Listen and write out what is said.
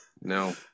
No